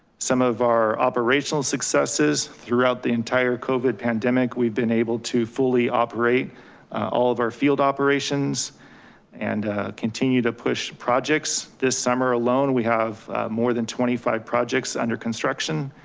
some of our operational successes throughout the entire covid pandemic. pandemic. we've been able to fully operate all of our field operations and continue to push projects. this summer alone, we have more than twenty five projects under construction.